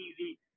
easy